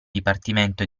dipartimento